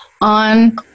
on